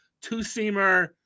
two-seamer